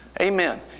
Amen